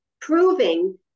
proving